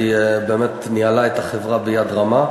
והיא באמת ניהלה את החברה ביד רמה,